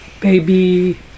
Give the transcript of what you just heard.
baby